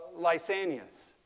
Lysanias